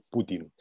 Putin